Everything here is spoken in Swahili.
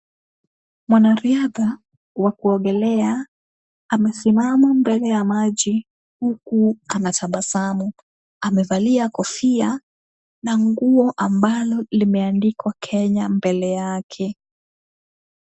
Mwanariadha wa kuogelea amesimama mbele ya maji huku anatabasamu. Amevalia kofia na nguo ambayo imeandikwa Kenya mbele yake.